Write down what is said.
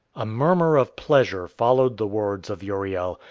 a murmur of pleasure followed the words of uriel,